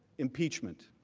impeachment.